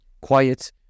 quiet